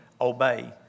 obey